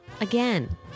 again